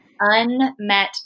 unmet